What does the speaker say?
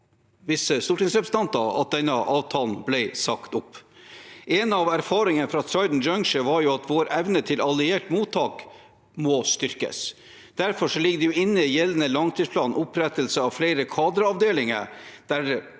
at denne avtalen ble sagt opp. En av erfaringene fra Trident Juncture var at vår evne til alliert mottak må styrkes. Derfor ligger det i gjeldende langtidsplan inne opprettelse av flere kadreavdelinger,